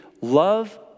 Love